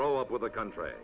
grow up with a country